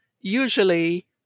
usually